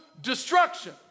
destruction